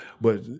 But-